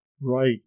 right